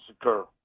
occur